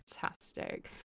fantastic